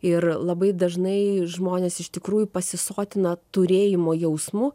ir labai dažnai žmonės iš tikrųjų pasisotina turėjimo jausmu